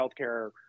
healthcare